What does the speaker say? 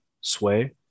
sway